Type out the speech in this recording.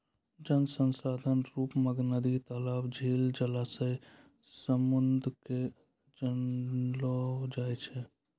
जल संसाधन रुप मग नदी, तलाब, झील, जलासय, समुन्द के जानलो जाय छै